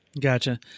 Gotcha